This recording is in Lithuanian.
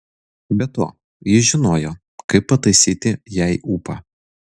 be to jis žinojo kaip pataisyti jai ūpą